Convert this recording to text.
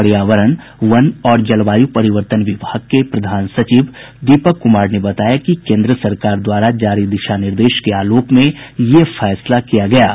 पर्यावरण वन और जलवायु परिवर्तन विभाग के प्रधान सचिव दीपक कुमार ने बताया कि केन्द्र सरकार द्वारा जारी दिशा निर्देश के आलोक में यह फैसला किया गया है